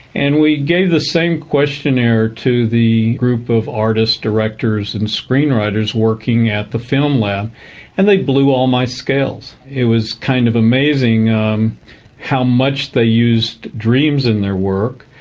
and we gave the same questionnaire to the group of artists, directors and screenwriters working at the film lab and they blew all my scales. it was kind of amazing um how much they used dreams in their work.